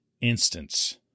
instance